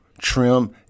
trim